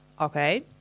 okay